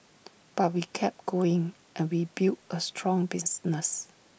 but we kept going and we built A strong business